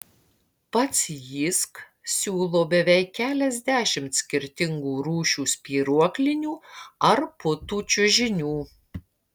pats jysk siūlo beveik keliasdešimt skirtingų rūšių spyruoklinių ar putų čiužinių